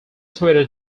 twitter